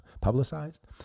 Publicized